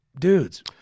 Dudes